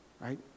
right